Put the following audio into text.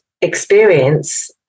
experience